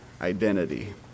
identity